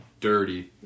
dirty